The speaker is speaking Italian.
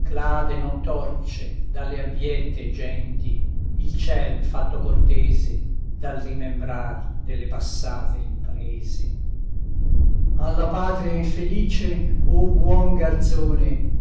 non torce dalle abbiette genti il ciel fatto cortese dal rimembrar delle passate imprese alla patria infelice o buon garzone